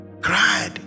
Cried